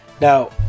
Now